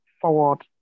forward